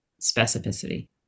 specificity